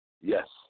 Yes